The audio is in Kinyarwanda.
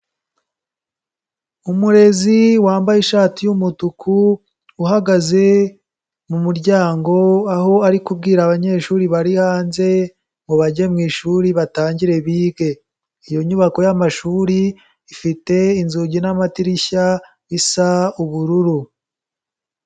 Umurezi wambaye ishati y'umutuku uhagaze mu muryango aho ari kubwira abanyeshuri bari hanze ngo bajye mu ishuri batangire bige, iyo nyubako y'amashuri ifite inzugi n'amadirishya bisa ubururu.